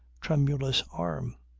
tremulous arm.